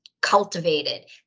cultivated